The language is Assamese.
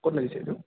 ক'ত লাগিছে এইটো